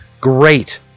Great